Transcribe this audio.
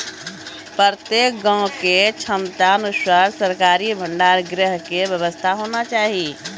प्रत्येक गाँव के क्षमता अनुसार सरकारी भंडार गृह के व्यवस्था होना चाहिए?